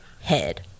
head